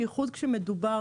בייחוד כשמדובר,